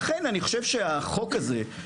לכן אני חושב שהחוק הזה,